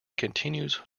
continues